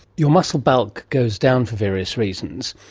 your muscle bulk goes down, for various reasons,